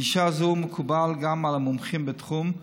גישה זו מקובלת גם על המומחים בתחום,